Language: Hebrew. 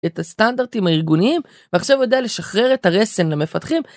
את הסטנדרטים הארגוניים ועכשיו יודע לשחרר את הרסן למפתחים.